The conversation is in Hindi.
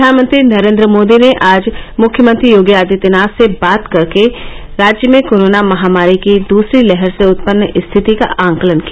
प्रधानमंत्री नरेन्द्र मोदी ने आज मुख्यमंत्री योगी आदित्यनाथ से बातचीत कर राज्य में कोरोना महामारी की दूसरी लहर से उत्पन्न स्थिति का आकलन किया